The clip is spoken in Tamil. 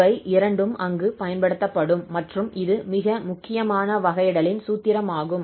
இவை இரண்டும் அங்கு பயன்படுத்தப்படும் மற்றும் இது மிக முக்கியமான வகையிடலின் சூத்திரமாகும்